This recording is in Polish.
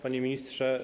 Panie Ministrze!